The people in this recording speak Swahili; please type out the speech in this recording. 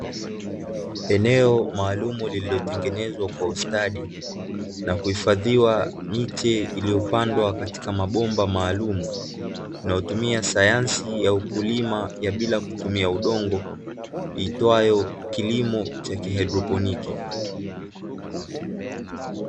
Eneo maalumu lililotengenezwa kwa ustadi na kuhifadhiwa miche iliyopandwa katika mabomba maalumu, inayotumia sayansi ya ukulima ya bila kutumia udongo, iitwayo kilimo cha, (Kihaidroponiki).